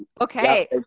Okay